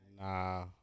nah